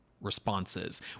responses